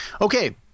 Okay